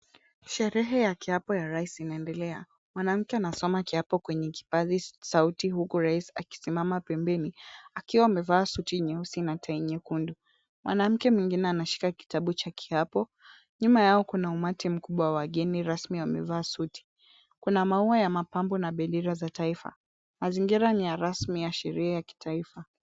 Sherehe ya kiapo ya rais inaendelea. Mwanamke anasoma kiapo kwenye kipaza sauti huku rais akisimama pembeni akiwa amevaa suti nyeusi na tai nyekundu. Mwanamke mwingine anashika kitabu cha kiapo. Nyuma yao kuna umati mkubwa wa wageni rasmi wamevaa suti. Kuna maua ya mapambo na bendera za taifa. Mazingira ni ya rasmi ya sherehe ya kitaifa.